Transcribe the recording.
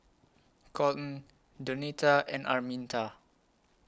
Kolten Donita and Araminta